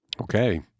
Okay